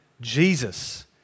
Jesus